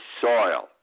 soil